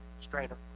strainer